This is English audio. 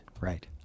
Right